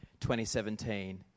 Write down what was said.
2017